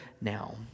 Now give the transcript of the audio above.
now